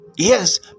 Yes